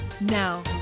Now